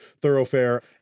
thoroughfare